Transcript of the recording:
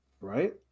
Right